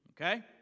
Okay